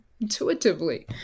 intuitively